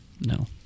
No